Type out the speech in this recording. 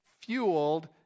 fueled